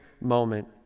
moment